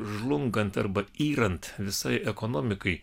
žlungant arba yrant visai ekonomikai